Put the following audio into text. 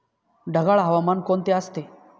ढगाळ हवामान कोणते असते?